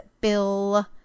Bill